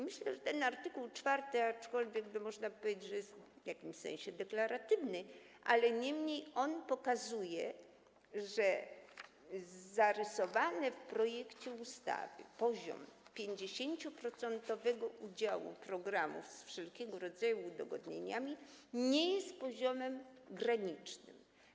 Myślę, że ten art. 4, aczkolwiek można powiedzieć, że jest w jakimś sensie deklaratywny, pokazuje, że zarysowany w projekcie ustawy poziom 50-procentowego udziału programów z wszelkiego rodzaju udogodnieniami nie jest poziomem granicznym.